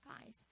guys